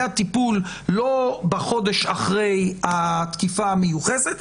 הטיפול לא בחודש אחרי התקיפה המיוחסת,